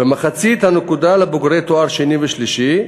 ומחצית הנקודה לבוגרי תואר שני ושלישי,